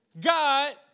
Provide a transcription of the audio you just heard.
God